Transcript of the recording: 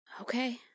okay